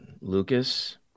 Lucas